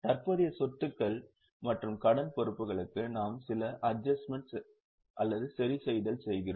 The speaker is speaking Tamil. தற்போதைய சொத்துக்கள் மற்றும் கடன் பொறுப்புகளுக்கு நாம் சில அட்ஜஸ்ட்மென்ட் சரிசெய்தல் செய்கிறோம்